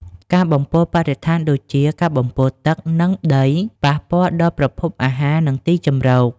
ការបំពុលបរិស្ថានដូចជា ការបំពុលទឹក និងដីប៉ះពាល់ដល់ប្រភពអាហារ និងទីជម្រក។